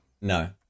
No